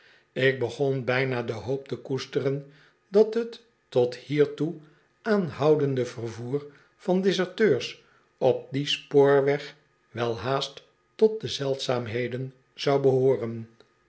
ik begon bijna de hoop te koesteren dat t tot hiertoe aanhoudende vervoer van deserteurs op dien spoorweg welhaast tot de zeldzaamheden zou behooren